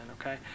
okay